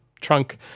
trunk